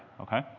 okay